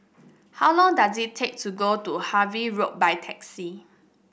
how long does it take to get to Harvey Road by taxi